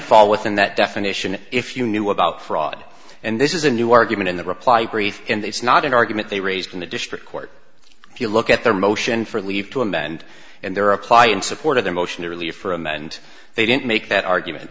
fall within that definition if you knew about fraud and this is a new argument in the reply brief and it's not an argument they raised in the district court if you look at their motion for leave to amend their apply in support of their motion earlier for him and they didn't make that argument